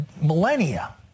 millennia